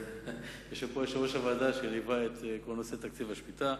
יושב פה יושב-ראש הוועדה שליווה את כל נושא תקציב השמיטה.